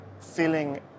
feeling